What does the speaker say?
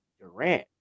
Durant